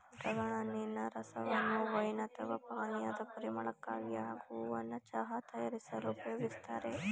dragon ಹಣ್ಣಿನ ರಸವನ್ನು wine ಅಥವಾ ಪಾನೀಯದ ಪರಿಮಳಕ್ಕಾಗಿ ಹಾಗೂ ಹೂವನ್ನ ಚಹಾ ತಯಾರಿಸಲು ಉಪಯೋಗಿಸ್ತಾರೆ